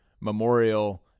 Memorial